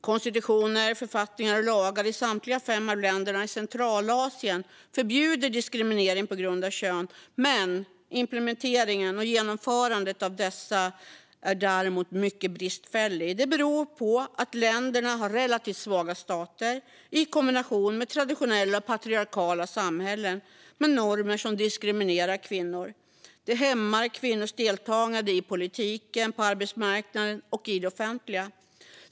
Konstitutioner, författningar och lagar i samtliga fem länder i Centralasien förbjuder diskriminering på grund av kön, men implementeringen och genomförandet av dessa är mycket bristfällig. Det beror på att länderna har relativt svaga stater i kombination med traditionella och patriarkala samhällen med normer som diskriminerar kvinnor. Det hämmar kvinnors deltagande i politiken, på arbetsmarknaden och i det offentliga.